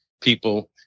people